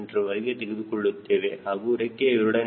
c ವರೆಗೆ ತೆಗೆದುಕೊಳ್ಳುತ್ತೇವೆ ಹಾಗೂ ರೆಕ್ಕೆಯ a